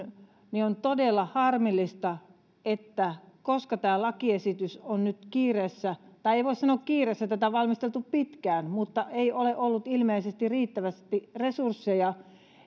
on todella harmillista että koska tämä lakiesitys on nyt kiireessä tai ei voi sanoa kiireessä kun tätä on valmisteltu pitkään mutta ei ole ollut ilmeisesti riittävästi resursseja